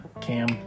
Cam